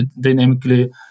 dynamically